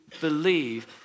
believe